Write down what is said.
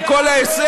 עם כל ההישג,